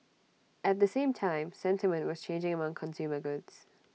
at the same time sentiment was changing among consumer goods